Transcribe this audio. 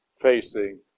facing